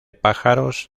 pájaros